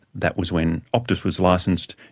that was when optus was licensed,